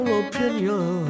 opinion